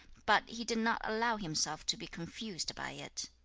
but he did not allow himself to be confused by it.